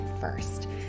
first